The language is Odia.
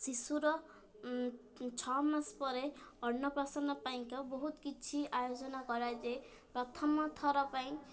ଶିଶୁର ଛଅ ମାସ ପରେ ଅନ୍ନପ୍ରସନ ପାଇଁକା ବହୁତ କିଛି ଆୟୋଜନ କରାଯାଏ ପ୍ରଥମଥର ପାଇଁ